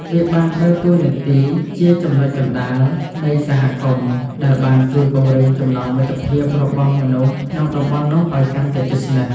វាបានដើរតួនាទីជាចំណុចកណ្តាលនៃសហគមន៍ ដែលបានជួយពង្រឹងចំណងមិត្តភាពរបស់មនុស្សក្នុងតំបន់នោះឲ្យកាន់តែជិតស្និទ្ធ។